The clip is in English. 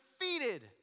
defeated